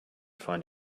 find